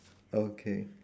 okay